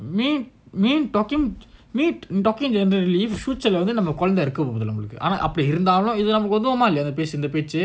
me me talking me talking gernerally future lah நம்மக்குகொழந்தஇருக்கபோறதில்லஆனாலும்உதவுமாஇல்லையாஇந்தபேச்சு:nammakku kolandha irukka porathilla aanalum uthuvuma ilaya indha pechu